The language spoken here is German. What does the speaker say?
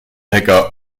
hacker